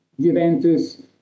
Juventus